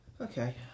Okay